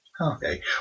Okay